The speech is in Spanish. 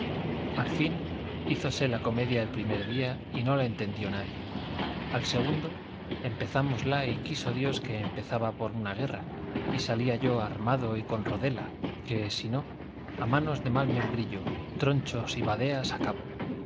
al fin hízose la comedia el primer día y no la entendió nadie al segundo empezámosla y quiso dios que empezaba por una guerra y salía yo armado y con rodela que si no a manos de mal membrillo tronchos y badeas acabo